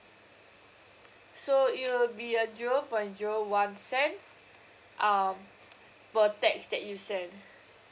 so it will be uh zero point zero one cent um per text that you send